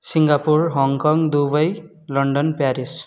Singapore Hong Kong Dubai London Paris